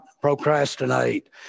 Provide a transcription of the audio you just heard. procrastinate